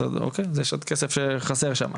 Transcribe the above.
בסדר, אז יש עוד כסף שחסר שם.